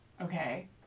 Okay